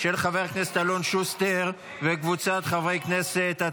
של חבר הכנסת אלון שוסטר וקבוצת חברי הכנסת.